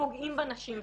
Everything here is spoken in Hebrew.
שפוגעים בנשים שלהם.